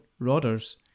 Rodders